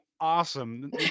awesome